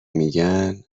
میگن